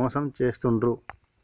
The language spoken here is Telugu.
మోసం చేస్తాండ్లు